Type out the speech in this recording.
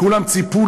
כולם ציפו,